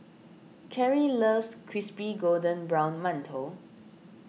Cary loves Crispy Golden Brown Mantou